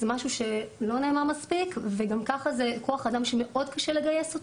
זה משהו שלא נאמר מספיק וגם כך זה כוח אדם שמאד קשה לגייס.